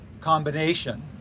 combination